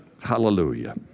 Hallelujah